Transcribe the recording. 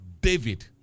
David